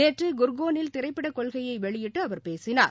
நேற்றுகுர்கோனில் திரைப்படக் கொள்கையைவெளியிட்டுஅவர் பேசினாா